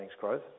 growth